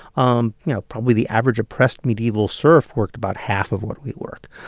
um know, probably, the average oppressed medieval serf worked about half of what we work.